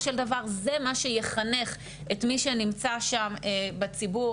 של דבר זה מה שיחנך את מי שנמצא שם בציבור,